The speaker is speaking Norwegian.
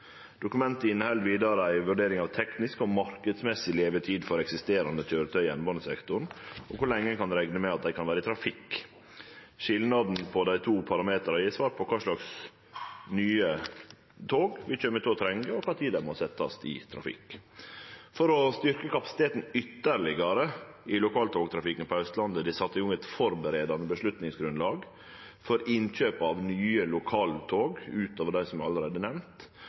Dokumentet inneheld vidare ei vurdering av teknisk og marknadsmessig levetid for eksisterande køyretøy i jernbanesektoren og kor lenge ein kan rekne med at dei kan vere i trafikk. Skilnaden på dei to parameterane gjev svar på kva slags nye tog vi kjem til å trenge, og kor tid dei må setjast i trafikk. For å styrke kapasiteten ytterlegare i lokaltogtrafikken på Austlandet, er det sett i gong eit førebuande avgjerdsgrunnlag for innkjøp av nye lokaltog, ut over dei som allereie er nemnt,